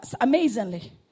amazingly